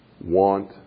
want